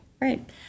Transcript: right